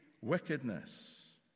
wickedness